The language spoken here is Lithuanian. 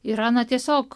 yra na tiesiog